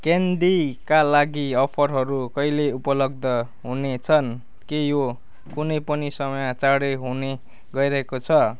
क्यान्डीका लागि अफरहरू कहिले उपलब्ध हुनेछन् के यो कुनै पनि समय चाँडै हुने गइरहेको छ